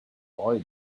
boy